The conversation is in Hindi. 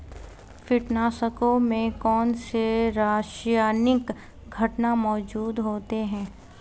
कीटनाशकों में कौनसे रासायनिक घटक मौजूद होते हैं?